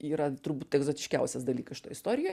yra turbūt egzotiškiausias dalykas šitoj istorijoj